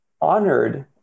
honored